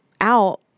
out